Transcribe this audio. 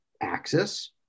axis